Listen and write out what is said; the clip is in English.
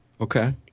Okay